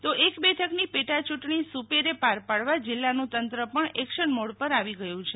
તો એક બેઠકની પેટા ચૂંટણી સુપેરે પાર પાડવા જીલ્લાનું તંત્ર પણ એકશન મોડ પર આવી ગયું છે